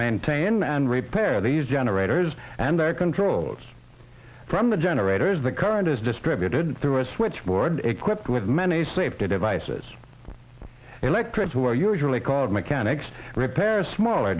maintain and repair these generators and are controlled from the generators the current is distributed through a switchboard equipped with many safety devices electric who are usually called mechanics repair smaller